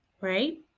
right